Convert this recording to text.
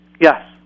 Yes